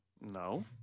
No